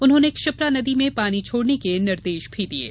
उन्होंने क्षिप्रा नदी में पानी छोड़ने के निर्देश दिए हैं